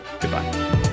Goodbye